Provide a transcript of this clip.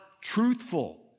truthful